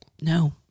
No